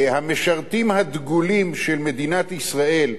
המשרתים הדגולים של מדינת ישראל,